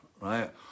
right